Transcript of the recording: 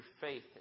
faith